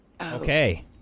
Okay